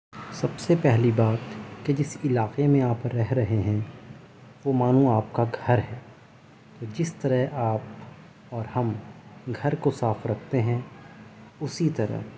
سب سے پہلی بات کہ جس علاقے میں آپ رہ رہے ہیں وہ مانو آپ کا گھر ہے جس طرح آپ اور ہم گھر کو صاف رکھتے ہیں اسی طرح